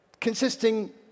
consisting